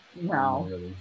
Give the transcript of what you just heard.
No